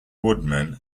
woodman